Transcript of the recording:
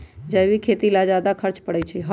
जैविक खेती ला ज्यादा खर्च पड़छई?